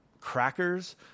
crackers